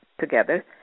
together